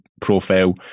profile